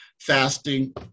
fasting